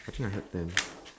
I think I heard ten